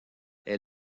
est